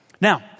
Now